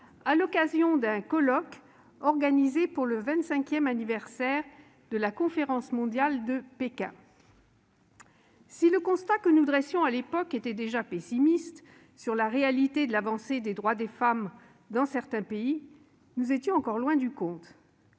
à l'occasion d'un colloque organisé pour le vingt-cinquième anniversaire de la Conférence mondiale de Pékin. Si le constat que nous dressions à l'époque était déjà pessimiste sur la réalité de l'avancée des droits des femmes dans certains pays, nous étions encore loin du compte.